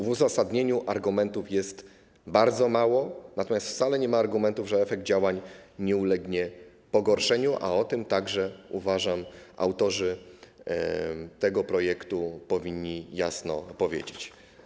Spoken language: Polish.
W uzasadnieniu argumentów jest bardzo mało, natomiast wcale nie ma argumentów, że efekt działań nie ulegnie pogorszeniu, a o tym także - uważam - autorzy tego projektu powinni jasno powiedzieć.